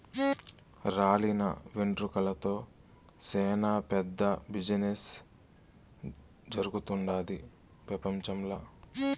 రాలిన వెంట్రుకలతో సేనా పెద్ద బిజినెస్ జరుగుతుండాది పెపంచంల